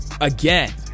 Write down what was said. again